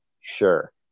Sure